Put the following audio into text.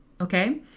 okay